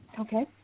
Okay